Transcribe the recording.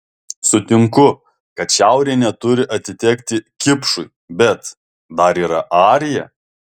sutinku kad šiaurė neturi atitekti kipšui bet dar yra arija